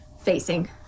facing